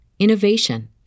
innovation